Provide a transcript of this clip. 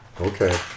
Okay